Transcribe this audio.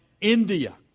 India